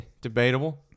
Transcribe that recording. debatable